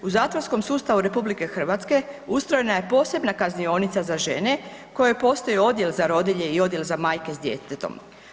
U zatvorskom sustavu RH ustrojena je posebna kaznionica za žene koje postaju Odjel za roditelj i Odjel za majke sa djetetom.